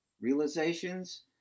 realizations